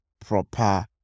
proper